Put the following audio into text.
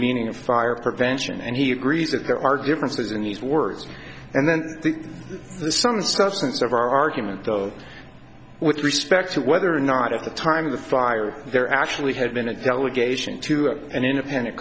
meaning of fire prevention and he agrees that there are differences in these words and then the some substance of our argument though with respect to whether or not at the time of the fire there actually had been a delegation to an independent